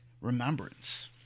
remembrance